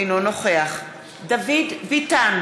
אינו נוכח דוד ביטן,